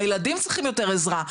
הילדים צריכים יותר עזרה.